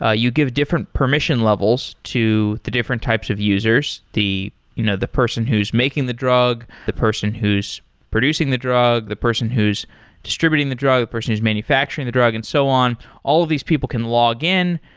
ah you give different permission levels to the different types of users, the you know the person who's making the drug, the person who's producing the drug, the person who's distributing the drug, the person who's manufacturing the drug and so on. all of these people can log in.